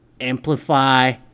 amplify